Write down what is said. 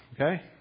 Okay